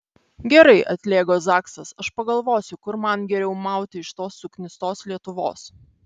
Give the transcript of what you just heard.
gerai atlėgo zaksas aš pagalvosiu kur man geriau mauti iš tos suknistos lietuvos